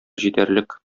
җитәрлек